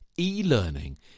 e-learning